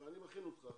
אני מכין אותך,